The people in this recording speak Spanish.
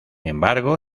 embargo